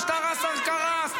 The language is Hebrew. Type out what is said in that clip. משטר אסד קרס.